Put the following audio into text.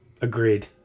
agreed